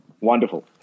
Wonderful